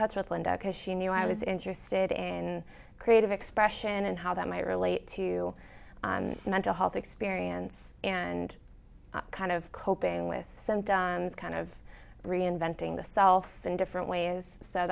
touch with linda because she knew i was interested in creative expression and how that might relate to mental health experience and kind of coping with kind of reinventing the self in different ways so